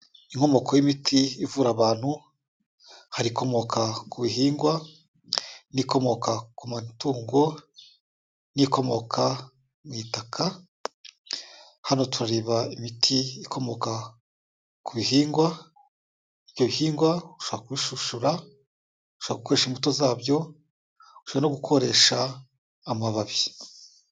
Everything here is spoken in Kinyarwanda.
Inkomoko y'imiti ivura abantu. Hari ikomoka ku bihingwa, n'ibikomoka ku matungo, n'ikomoka mu itaka. Hano turareba imiti ikomoka ku bihingwa. Ibyo bihingwa ushobora kubishishura, ushobora gukoresha imbuto zabyo, ushobora no gukoresha amababi.